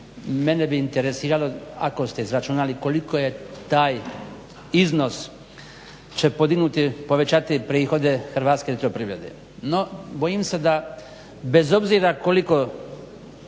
Mene bi interesiralo ako ste izračunali koliko je taj iznos će podignuti povećati prihode Hrvatske elektroprivrede? No bojim se bez obzira koliko